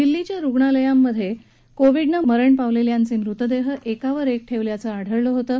दिल्लीच्या रुग्णालयांमधे कोविडनं मरण पावलेल्यांचे मृतदेह एकावर एक ठेवल्याचं आढळलं होतं